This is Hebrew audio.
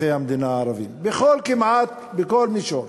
אזרחי המדינה הערבים, כמעט בכל מישור.